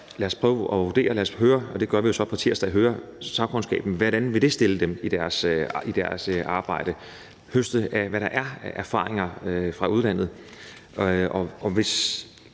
lad os prøve at høre sagkundskaben – og det gør vi jo så på tirsdag – hvordan det vil stille dem i deres arbejde, lad os høste, hvad der er af erfaringer fra udlandet.